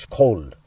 cold